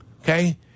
Okay